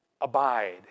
abide